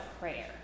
prayer